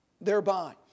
thereby